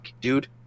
dude